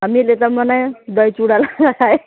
हामीले त मनायौँ दही चिउरा ल्याएर खायौँ